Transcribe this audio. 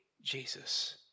Jesus